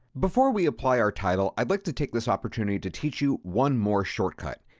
before we apply our title, i'd like to take this opportunity to teach you one more shortcut,